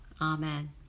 Amen